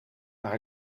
maar